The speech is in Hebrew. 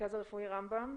מהמרכז הרפואי רמב"ם,